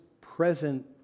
present